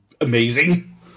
amazing